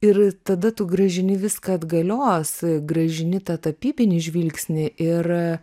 ir tada tu grąžini viską atgalios grąžini tą tapybinį žvilgsnį ir